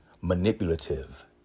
manipulative